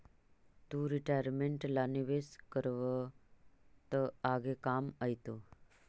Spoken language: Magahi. तु रिटायरमेंट ला निवेश करबअ त आगे काम आएतो